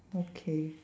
okay